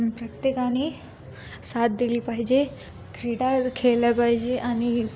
प्रत्येकाने साथ दिली पाहिजे क्रीडा खेळल्या पाहिजे आणि